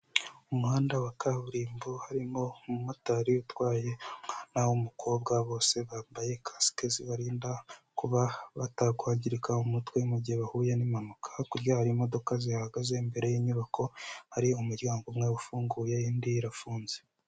Mu muhanda wa kaburimbo harimo umumotari utwaye umwana w'umukobwa, bose bambaye kasike zibarinda kuba batakwagirika umutwe mu gihe bahuye n'impanuka, hakurya hari imodoka zihahagaze, imbere y'inyubako hari umuryango umwe ufunguye, indi irafunze.